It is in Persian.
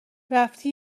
رفتی